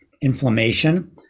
Inflammation